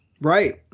Right